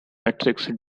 metrics